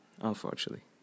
unfortunately